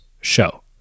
show